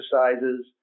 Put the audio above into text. exercises